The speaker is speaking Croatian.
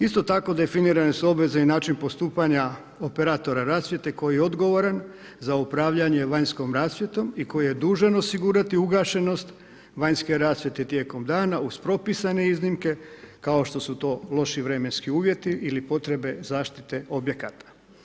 Isto tako, definirane su obveze i način postupanja operatora rasvjete koji je odgovoran za upravljanje vanjskom rasvjetom i koji je dužan osigurati ugašenost vanjske rasvjete tijekom dana uz propisane iznimke kao što su to loši vremenski uvjeti ili potrebe zaštite objekata.